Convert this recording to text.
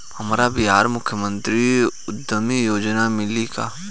हमरा बिहार मुख्यमंत्री उद्यमी योजना मिली का?